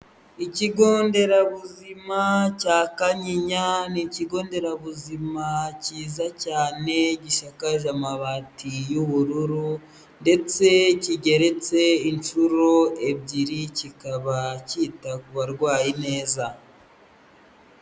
Ikigo nderabuzima cya Kanyinya, ni ikigo nderabuzima cyiza cyane gisakaje amabati y'ubururu ndetse kigeretse inshuro ebyiri, kikaba cyita ku barwayi neza.